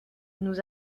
nous